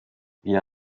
wieder